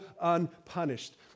unpunished